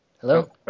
Hello